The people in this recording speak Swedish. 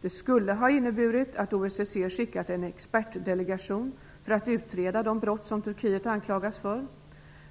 Det skulle ha inneburit att OSSE skickade en expertdelegation för att utreda de brott som Turkiet anklagas för.